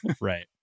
right